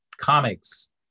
comics